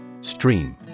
Stream